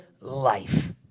life